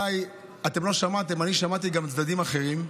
אולי אתם לא שמעתם, אני שמעתי גם צדדים אחרים,